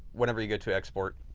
whenever you go to export